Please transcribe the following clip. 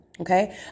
okay